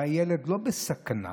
הרי הילד לא בסכנה